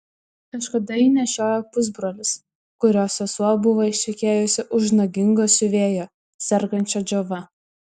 kažkada jį nešiojo pusbrolis kurio sesuo buvo ištekėjusi už nagingo siuvėjo sergančio džiova